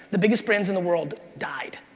the biggest brands in the world died,